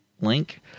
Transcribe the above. link